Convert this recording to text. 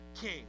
king